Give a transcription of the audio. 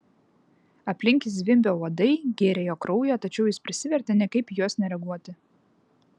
aplink jį zvimbė uodai gėrė jo kraują tačiau jis prisivertė niekaip į juos nereaguoti